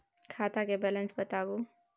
खाता के बैलेंस बताबू?